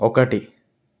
ఒకటి